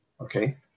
okay